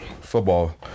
Football